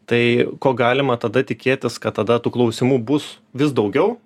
tai ko galima tada tikėtis kad tada tų klausimų bus vis daugiau